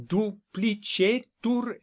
duplicetur